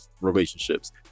relationships